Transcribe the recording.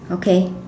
okay